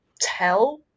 tell